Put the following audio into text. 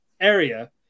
area